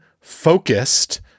focused